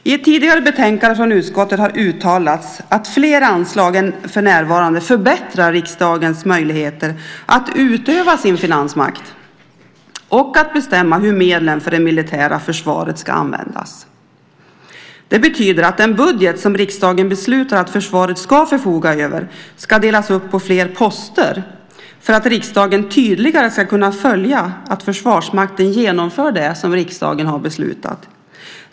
I ett tidigare betänkande från utskottet har det uttalats att fler anslag än för närvarande förbättrar riksdagens möjligheter att utöva sin finansmakt och att bestämma hur medlen för det militära försvaret ska användas. Det betyder att den budget som riksdagen beslutar att försvaret ska förfoga över ska delas upp på fler poster för att riksdagen tydligare ska kunna följa att Försvarsmakten genomför det som riksdagen har beslutat.